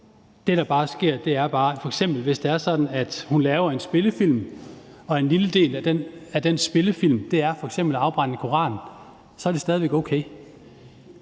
Det, der bare sker, er f.eks., at hvis hun laver en spillefilm og en lille del af den spillefilm f.eks. er at afbrænde en koran, så er det stadig væk okay.